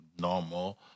normal